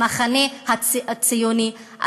המחנה הציוני,